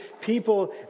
people